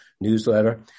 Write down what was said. newsletter